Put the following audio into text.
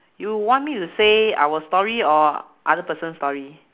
you want me to say our story or other person story